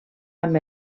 amb